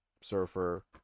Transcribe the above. surfer